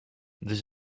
this